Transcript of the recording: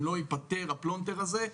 אם לא ייפתר הפלונטר הזה,